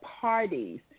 parties